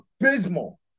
abysmal